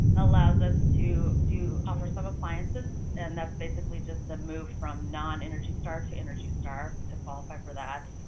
allows us to do offer some appliances. and that's basically just to move from non-energystar to energystar, to qualify for that,